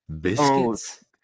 Biscuits